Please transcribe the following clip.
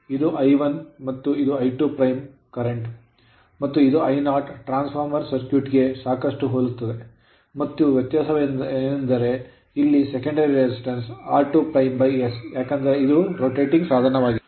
ಇವು I1 ಮತ್ತು I2 current current ಮತ್ತು ಇದು I0 ಟ್ರಾನ್ಸ್ ಫಾರ್ಮರ್ ಸರ್ಕ್ಯೂಟ್ ಗೆ ಸಾಕಷ್ಟು ಹೋಲುತ್ತದೆ ಮತ್ತು ವ್ಯತ್ಯಾಸವೆಂದರೆ ಇಲ್ಲಿ secondary resistance r2s ಏಕೆಂದರೆ ಇದು rotating ತಿರುಗುವ ಸಾಧನವಾಗಿದೆ